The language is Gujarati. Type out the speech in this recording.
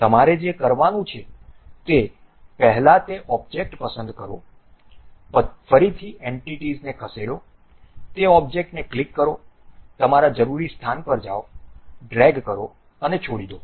તમારે જે કરવાનું છે તે પહેલા તે ઑબ્જેક્ટ પસંદ કરો ફરીથી એન્ટિટીઝને ખસેડો તે ઑબ્જેક્ટને ક્લિક કરો તમારા જરૂરી સ્થાન પર જાઓ ડ્રેગ કરો અને છોડી દો